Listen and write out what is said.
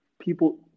people